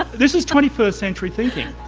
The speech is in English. this is twenty first century thinking!